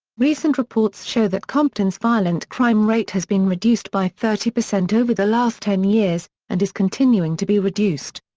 recent reports show that compton's violent crime rate has been reduced by thirty percent over the last ten years, and is continuing to be reduced.